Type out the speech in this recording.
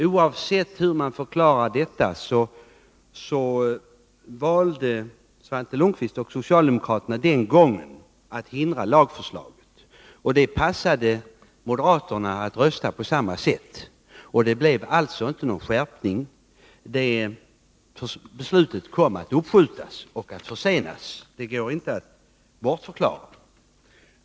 Oavsett hur man förklarar det, valde Svante Lundkvist och socialdemokraterna den gången att hindra lagförslaget. Det passade moderaterna att rösta på samma sätt. Det blev alltså inte någon skärpning, utan det beslutet kom att uppskjutas och försenas. Det går inte att bortförklara.